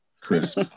Crisp